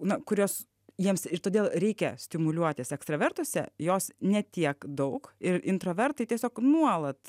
na kurios jiems ir todėl reikia stimuliuotis ekstravertuose jos ne tiek daug ir introvertai tiesiog nuolat